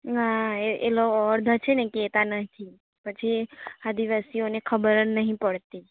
ના એ એ લો અડધાં છેને કહેતા નથી પછી આદિવાસીઓને ખબર જ નહીં પડતી